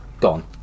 gone